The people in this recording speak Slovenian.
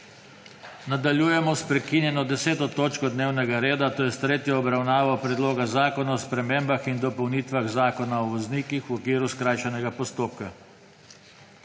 Nadaljujemo sprekinjeno5. točko dnevnega reda, to je s tretjo obravnavo Predloga zakona o spremembah in dopolnitvah Zakona o morskem ribištvu v okviru skrajšanega postopka.